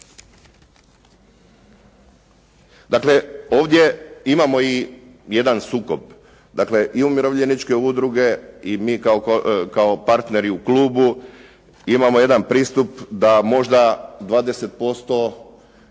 Dakle, ovdje imamo i jedan sukob. I umirovljeničke udruge i mi kao partneri u klubu imamo jedan pristup da možda 20%